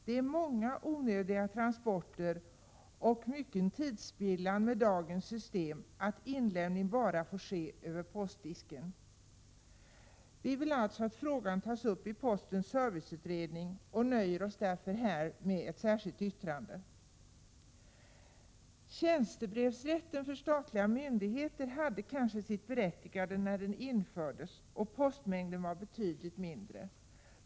Det medför många onödiga transporter och mycken tidsspillan med dagens system att inlämning bara får ske över postdisken. Vi vill alltså att frågan tas upp i postens serviceutredning och nöjer oss därför nu med ett särskilt yttrande. Tjänstebrevsrätten för statliga myndigheter hade kanske sitt berättigande när den infördes och postmängden var betydligt mindre.